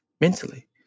Mentally